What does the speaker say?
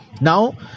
Now